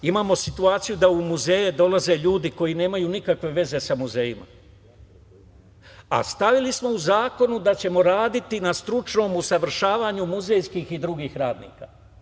Imamo i situaciju da u muzeje dolaze ljudi koji nemaju nikakve veze sa muzejima, a stavili smo u zakonu da ćemo raditi na stručnom usavršavanju muzejskih i drugih radnika.